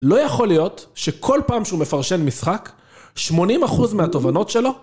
לא יכול להיות שכל פעם שהוא מפרשן משחק 80% מהתובנות שלו...